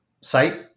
site